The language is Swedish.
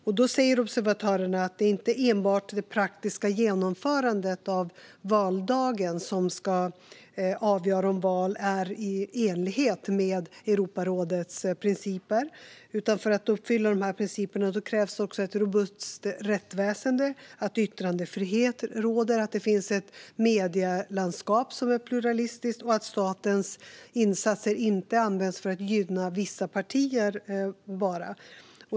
Observatörerna säger att det inte är enbart det praktiska genomförandet av valdagen som avgör om val är i enlighet med Europarådets principer, utan för att uppfylla dessa principer krävs också ett robust rättsväsen, yttrandefrihet och ett pluralistiskt medielandskap samt att statens insatser inte används för att gynna bara vissa partier.